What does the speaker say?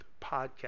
podcast